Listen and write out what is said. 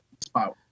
spot